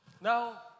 Now